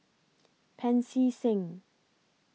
Pancy Seng